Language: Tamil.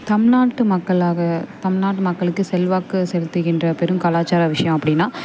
தமிழ்நாட்டு மக்களாக தமிழ்நாட்டு மக்களுக்கு செல்வாக்கு செலுத்துகின்ற பெரும் கலாச்சாரம் விஷயம் அப்படின்னா